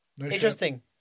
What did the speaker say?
interesting